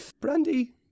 Brandy